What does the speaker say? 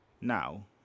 Now